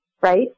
Right